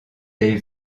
des